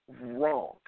wrong